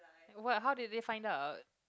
what how did they find out